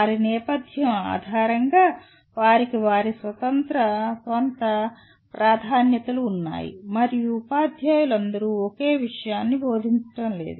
వారి నేపథ్యం ఆధారంగా వారికి వారి స్వంత ప్రాధాన్యతలు ఉన్నాయి మరియు ఉపాధ్యాయులందరూ ఒకే విషయాన్ని బోధించడం లేదు